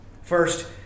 First